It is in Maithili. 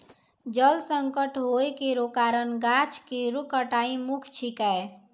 जल संकट होय केरो कारण गाछ केरो कटाई मुख्य छिकै